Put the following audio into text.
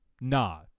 Nah